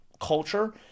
culture